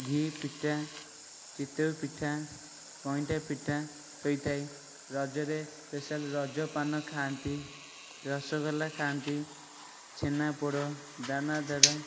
ଘିପିଠା ଚିତଉ ପିଠା ଗଇଁଠା ପିଠା ହୋଇଥାଏ ରଜରେ ସ୍ପେଶାଲ ରଜପାନ ଖାଆନ୍ତି ରସଗୋଲା ଖାଆନ୍ତି ଛେନାପୋଡ଼ ଦାନାଦର